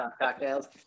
cocktails